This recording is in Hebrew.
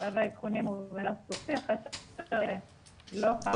העדכונים --- תודה.